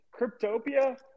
Cryptopia